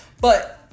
But-